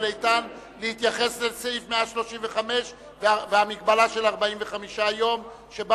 איתן להתייחס לסעיף 135 והמגבלה של 45 יום שבה